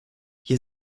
hier